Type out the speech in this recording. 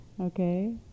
Okay